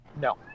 No